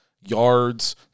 yards